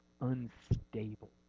unstable